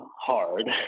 hard